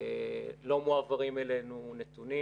לא מועברים אלינו נתונים.